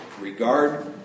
regard